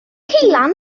ceulan